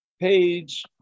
page